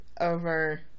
over